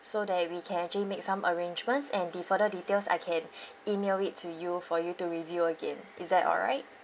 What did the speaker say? so that we can actually make some arrangements and the further details I can email it to you for you to review again is that alright